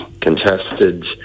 contested